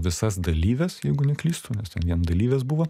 visas dalyves jeigu neklystu nes ten vien dalyvės buvo